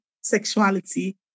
sexuality